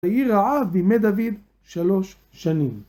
תהי רעב בימי דוד שלוש שנים.